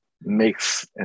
makes